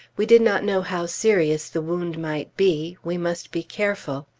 we did not know how serious the wound might be we must be careful.